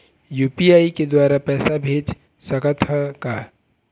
UPI के द्वारा पैसा भेज सकत ह का?